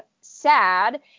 sad